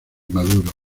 maduros